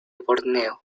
borneo